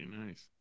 nice